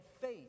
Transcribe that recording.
faith